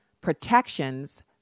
protections